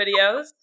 videos